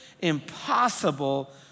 Impossible